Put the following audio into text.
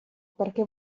perché